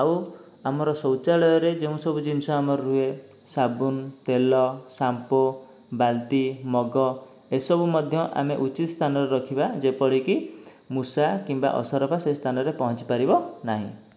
ଆଉ ଆମର ଶୌଚାଳୟରେ ଯେଉଁ ସବୁ ଜିନିଷ ଆମର ରୁହେ ସାବୁନ ତେଲ ସାମ୍ପୋ ବାଲ୍ଟି ମଗ୍ ଏସବୁ ମଧ୍ୟ ଆମେ ଉଚିତ ସ୍ଥାନରେ ରଖିବା ଯେପରିକି ମୂଷା କିମ୍ବା ଅସରପା ସେହି ସ୍ଥାନରେ ପହଞ୍ଚି ପାରିବନାହିଁ